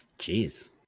Jeez